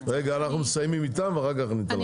רגע, אנחנו מסיימים איתם ואחר כך אני אתן לכם.